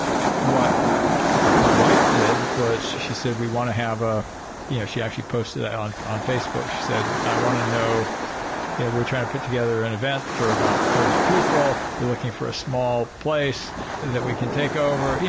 what my wife did was she said we want to have ah you know she actually posted it on on facebook. she said, i want to know you know we're trying to put together an event for about thirty people. we're looking for a small place that we can take over. yeah